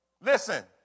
Listen